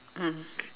mm